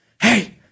Hey